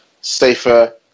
safer